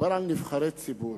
מדובר על נבחרי ציבור.